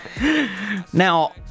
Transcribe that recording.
Now